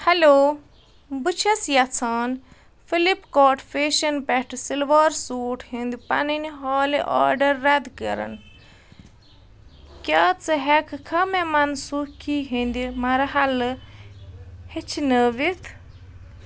hello بہٕ چھَس یژھان فِلپکاٹ فیشَن پٮ۪ٹھٕ سِلوار سوٗٹ ہِنٛدۍ پَنٕنۍ حالیہ آرڈر رَد کرُن کیٛاہ ژٕ ہٮ۪کہٕ کھا مےٚ منسوخی ہِنٛدِ مرحلہٕ ہیٚچھنٲوِتھ